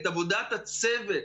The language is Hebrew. את עבודת הצוות,